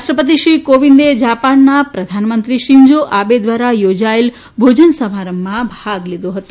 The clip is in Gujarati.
રાષ્ટ્રપતિ શ્રી કોવિંદે જાપાનના પ્રધાનમંત્રી શિન્ઝો આબે દ્વારા યોજાયેલા ભો ન સમારંભમાં ભાગ લીધો હતો